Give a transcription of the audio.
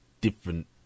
different